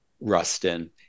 Rustin